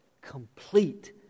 complete